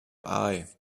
eye